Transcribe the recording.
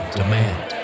demand